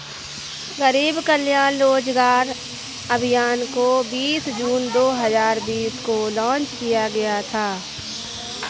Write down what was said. गरीब कल्याण रोजगार अभियान को बीस जून दो हजार बीस को लान्च किया गया था